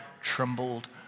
trembled